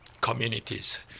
communities